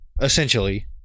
essentially